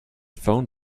phone